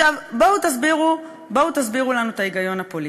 בואו תסבירו לנו את ההיגיון הפוליטי.